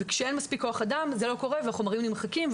וכשאין מספיק כוח-אדם זה לא קורה והחומרים נמחקים.